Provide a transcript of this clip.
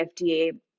FDA